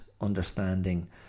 understanding